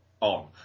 on